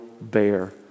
bear